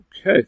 Okay